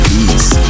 Peace